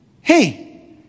hey